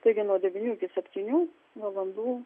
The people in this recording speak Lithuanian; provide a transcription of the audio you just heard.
taigi nuo devynių iki septynių valandų